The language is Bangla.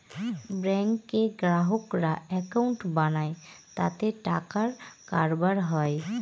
ব্যাঙ্কে গ্রাহকরা একাউন্ট বানায় তাতে টাকার কারবার হয়